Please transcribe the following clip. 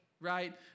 right